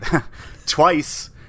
Twice